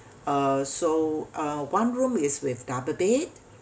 uh so uh one room is with double bed